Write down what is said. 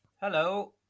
hello